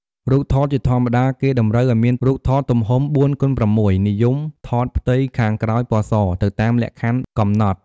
រូបថត: ជាធម្មតា គេតម្រូវឲ្យមានរូបថតទំហំ ៤x៦ (និយមថតផ្ទៃខាងក្រោយពណ៌ស) ទៅតាមលក្ខខណ្ឌកំណត់។